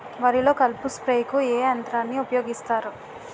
వరిలో కలుపు స్ప్రేకు ఏ యంత్రాన్ని ఊపాయోగిస్తారు?